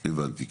הבנתי.